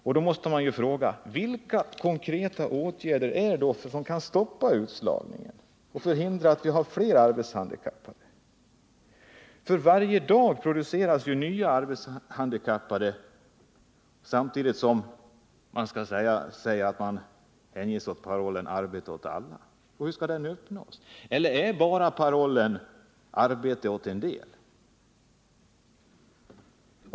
Man måste fråga: Vilka konkreta åtgärder kan stoppa utslagningen och förhindra att vi får fler arbetshandikappade? För varje dag produceras ju nya arbetshandikappade — samtidigt som man säger sig vilja skaffa arbete åt alla. Men man kanske menar arbete åt en del?